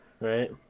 Right